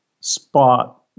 spot